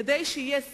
כדי שיהיה סדר.